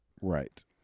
Right